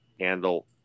handle